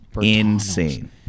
insane